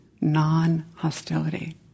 non-hostility